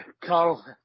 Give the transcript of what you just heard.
Carl